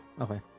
okay